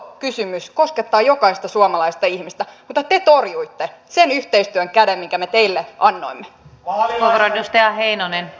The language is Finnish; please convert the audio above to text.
tämä on iso kysymys koskettaa jokaista suomalaista ihmistä mutta te torjuitte sen yhteistyön käden minkä me teille annoimme